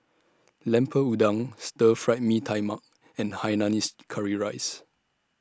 Lemper Udang Stir Fry Mee Tai Mak and Hainanese Curry Rice